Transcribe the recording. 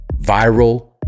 Viral